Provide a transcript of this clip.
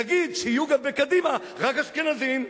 תגיד שיהיו גם בקדימה רק אשכנזים.